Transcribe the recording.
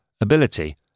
ability